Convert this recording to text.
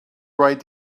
write